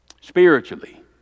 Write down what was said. Spiritually